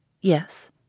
Yes